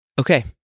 Okay